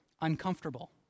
uncomfortable